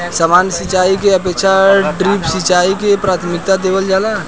सामान्य सिंचाई के अपेक्षा ड्रिप सिंचाई के प्राथमिकता देवल जाला